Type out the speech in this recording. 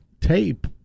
tape